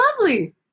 lovely